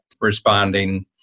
responding